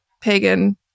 pagan